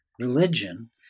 religion